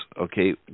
okay